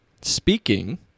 Speaking